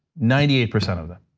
ninety eight percent of them.